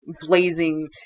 Blazing